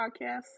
podcast